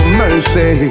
mercy